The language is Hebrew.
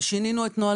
שינינו את נוהל